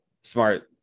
smart